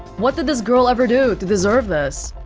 what did this girl ever do to deserve this?